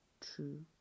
true